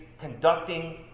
conducting